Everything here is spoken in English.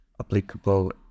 applicable